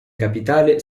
capitale